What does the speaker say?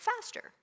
faster